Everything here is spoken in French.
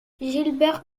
gilbert